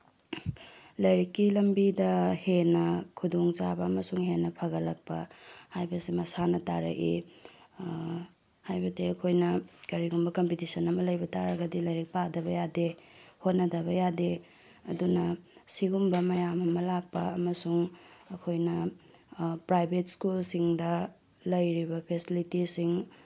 ꯂꯥꯏꯔꯤꯛꯀꯤ ꯂꯝꯕꯤꯗ ꯍꯦꯟꯅ ꯈꯨꯗꯣꯡꯆꯥꯕ ꯑꯃꯁꯨꯡ ꯍꯦꯟꯅ ꯐꯒꯠꯂꯛꯄ ꯍꯥꯏꯕꯁꯦ ꯃꯁꯥꯅ ꯇꯥꯔꯛꯏ ꯍꯥꯏꯕꯗꯤ ꯑꯩꯈꯣꯏꯅ ꯀꯔꯤꯒꯨꯝꯕ ꯀꯝꯄꯤꯇꯤꯁꯟ ꯑꯃ ꯂꯩꯕ ꯇꯥꯔꯒꯗꯤ ꯂꯥꯏꯔꯤꯛ ꯄꯥꯗꯕ ꯌꯥꯗꯦ ꯍꯣꯠꯅꯗꯕ ꯌꯥꯗꯦ ꯑꯗꯨꯅ ꯁꯤꯒꯨꯝꯕ ꯃꯌꯥꯝ ꯑꯃ ꯂꯥꯛꯄ ꯑꯃꯁꯨꯡ ꯑꯩꯈꯣꯏꯅ ꯄ꯭ꯔꯥꯏꯚꯦꯠ ꯁ꯭ꯀꯨꯜꯁꯤꯡꯗ ꯂꯩꯔꯤꯕ ꯐꯦꯁꯤꯂꯤꯇꯤꯁꯤꯡ